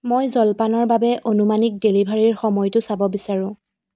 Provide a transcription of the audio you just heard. মই জলপানৰ বাবে অনুমানিক ডেলিভাৰীৰ সময়টো চাব বিচাৰোঁ